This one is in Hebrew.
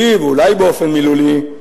אולי לא באופן מילולי ואולי באופן מילולי,